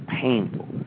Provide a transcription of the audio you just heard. painful